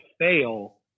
fail